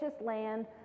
land